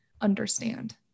understand